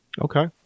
Okay